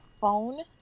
phone